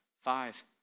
five